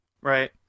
Right